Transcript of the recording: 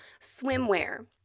swimwear